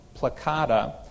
placata